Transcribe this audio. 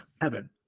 heaven